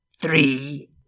three